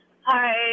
Hi